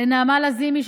לנעמה לזימי,